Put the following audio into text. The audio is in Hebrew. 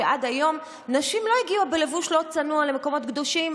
שעד היום נשים לא הגיעו בלבוש לא צנוע למקומות קדושים,